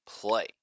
play